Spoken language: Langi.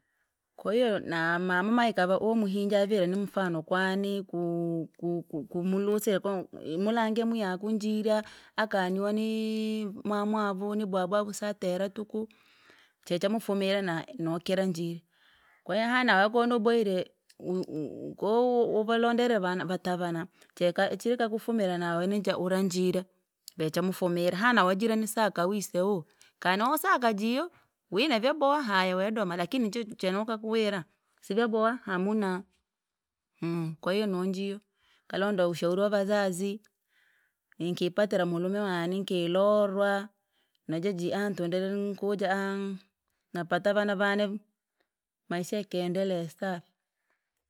Kwahiyo na mumahega umuhinja avire nimfano kwani ku- ku- kumuluse ku- imlange mwiyeku ku njira, akaniwonii mwamwavu ni bwabwa wusatera tuku, checha mfumire na- nokira njili. Kwe ihana wakonoboile kou- uvalondele avana vatavana, cheka chikakufumire nawenecha ura njira, bechamfumire hana wajirani saka wise wo, kaniwosaka jiyo, wine vyaboha haya wedome lakini che- chenaka kuwira sivyoboha hamnaa. kwa hiyo najiyo, kalonda ushauri wa vazazi, nkipatera mulume wani nikirorwa, najoji aaha antundeleee nkuja aaha, napati vana vane, maisha yakendela safi.